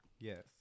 Yes